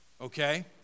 Okay